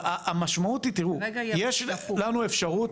המשמעות היא שיש לנו אפשרות,